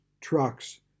trucks